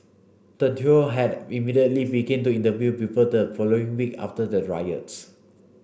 the Duo had immediately began to interview people the following week after the riots